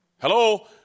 Hello